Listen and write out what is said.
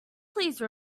please